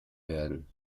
werden